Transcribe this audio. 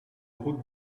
route